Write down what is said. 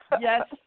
Yes